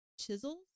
chisels